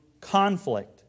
conflict